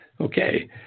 Okay